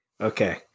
okay